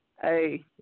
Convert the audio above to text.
Hey